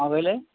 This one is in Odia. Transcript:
କ'ଣ କହିଲେ